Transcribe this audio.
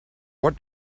what